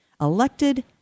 elected